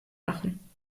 machen